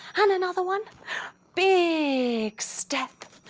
and another one big step.